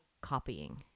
copying